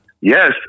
Yes